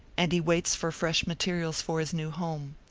and he waits for fresh materials for his new home.